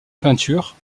peinture